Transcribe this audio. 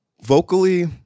Vocally